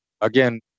again